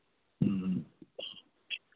ꯎꯝ